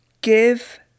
Give